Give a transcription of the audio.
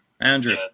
Andrew